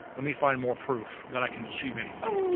let me find more proof that i can achieve anything.